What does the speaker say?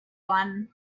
one